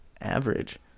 average